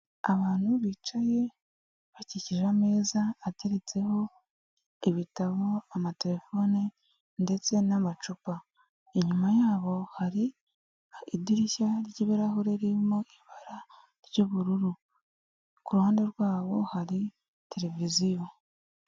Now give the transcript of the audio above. Abantu bicaye bakikije ameza ateretseho ibitabo, amaterefone ndetse n'amacupa, inyuma yabo hari idirishya ry'ibirahure ririmo ibara ry'ubururu, ku ruhande rwabo hari televiziyo.